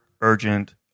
urgent